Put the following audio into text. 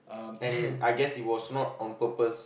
and I guess it was not on purpose